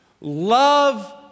love